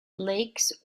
lakes